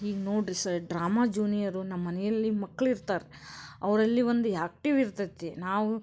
ಈಗ ನೋಡಿರಿ sir drama junior ನಮ್ಮ ಮನೆಯಲ್ಲಿ ಮಕ್ಳಿರ್ತಾರೆ ಅವರಲ್ಲಿ ಒಂದು ಯಾಕ್ಟಿವ್ ಇರ್ತೈತಿ ನಾವು